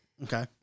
Okay